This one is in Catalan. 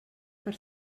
per